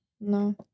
no